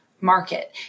market